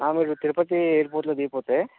మీరు తిరపతి ఎయిర్పోర్ట్లో దిగిపోతే